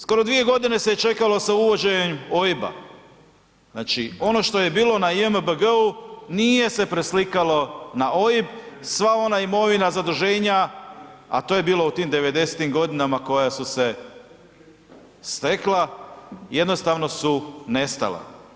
Skoro dvije godine se čekalo sa uvođenjem OIB-a, znači ono što je bilo na JMBG-u nije se preslikalo na OIB, sva ona imovina zaduženja, a to je bilo u tim '90.-tim godinama koja su se stekla, jednostavno su nestala.